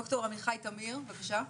ד"ר עמיחי טמיר, בבקשה.